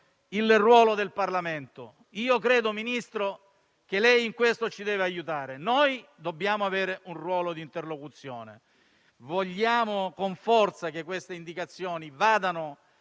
il ruolo del Parlamento e credo, signor Ministro, che in questo ci deve aiutare. Dobbiamo avere infatti un ruolo di interlocuzione. Vogliamo con forza che queste indicazioni vadano